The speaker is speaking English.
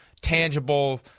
tangible